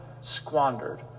squandered